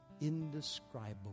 indescribable